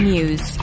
News